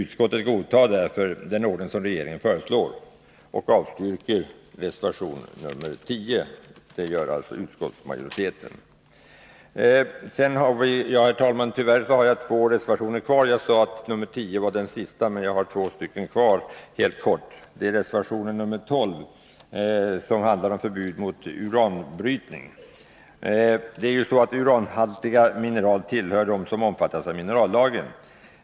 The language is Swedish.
Utskottsmajoriteten godtar den ordning som regeringen föreslår och avstyrker motionen. Herr talman! Jag skall helt kort också ta upp reservation 12, som handlar om förbud mot uranbrytning. Uranhaltiga mineral tillhör ju dem som omfattas av minerallagen.